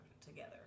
together